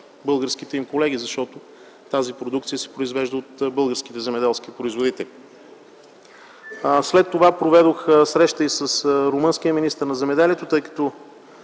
българските им колеги, защото тази продукция се произвежда от българските земеделски производители. След това проведох среща и с румънския министър на земеделието, тъй като